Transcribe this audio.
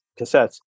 cassettes